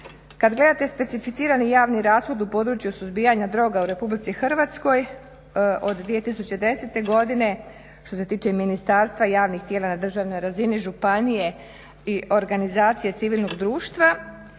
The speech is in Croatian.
kada gledate specificirani javni rashod u području suzbijanja droga u RH od 2010.godine što se tiče ministarstva i javnih tijela na državnoj razini, županije i organizacije civilnog društva